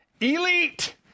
elite